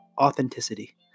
Authenticity